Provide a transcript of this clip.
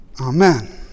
Amen